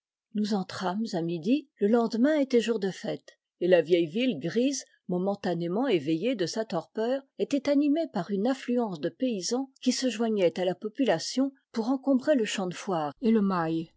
nous entrâmes à midi le lendemain était jour de fête et la vieille ville grise mo mentanément éveillée de sa torpeur était aminée par une affluence de paysans qui se joignait à la population pour encombrer le champ de foire et le mail